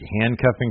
handcuffing